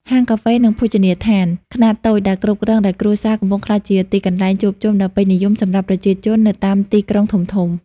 ហាងកាហ្វេ និងភោជនីយដ្ឋានខ្នាតតូចដែលគ្រប់គ្រងដោយគ្រួសារ កំពុងក្លាយជាទីកន្លែងជួបជុំដ៏ពេញនិយមសម្រាប់ប្រជាជននៅតាមទីក្រុងធំៗ។